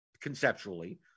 conceptually